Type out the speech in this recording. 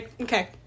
okay